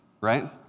right